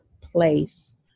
place